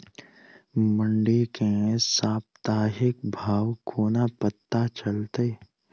मंडी केँ साप्ताहिक भाव कोना पत्ता चलतै?